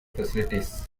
facilities